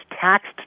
taxed